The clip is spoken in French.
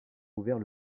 ouvert